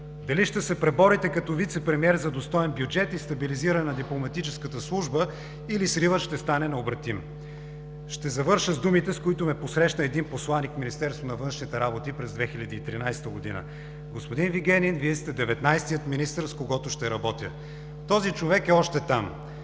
Дали ще се преборите като вицепремиер за достоен бюджет и стабилизиране на дипломатическата служба, или сривът ще стане необратим?! Ще завърша с думите, с които ме посрещна един посланик в Министерството на външните работи през 2013 г.: „Господин Вигенин, Вие сте деветнадесетият министър, с когото ще работя.“ Този човек е още там.